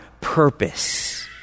purpose